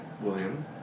William